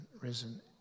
risen